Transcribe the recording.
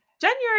January